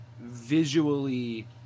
visually